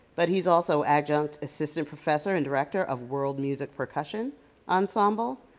but he's also adjunct assistant professor and director of world music percussion ensemble.